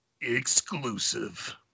exclusive